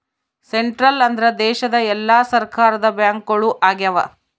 central ಅಂದ್ರ ದೇಶದ ಎಲ್ಲಾ ಸರ್ಕಾರದ ಬ್ಯಾಂಕ್ಗಳು ಆಗ್ಯಾವ